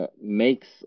Makes